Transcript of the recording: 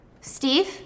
Steve